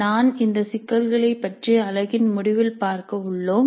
நான் இந்த சிக்கல்களை பற்றி அலகின் முடிவில் பார்க்க உள்ளோம்